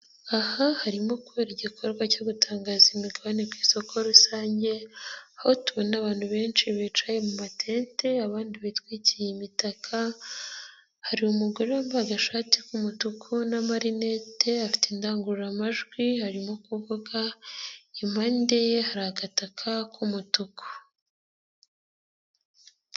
Aha harimo kubera igikorwa cyo gutangaza imigabane ku isoko rusange, aho tubona abantu benshi bicaye mu matente, abandi bitwikiye imitaka, hari umugore wambaye agashati k'umutuku n'amarinete, afite indangururamajwi arimo kuvuga impande ye, hari agataka k'umutuku.